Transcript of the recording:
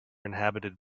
inhabited